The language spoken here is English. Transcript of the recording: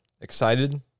excited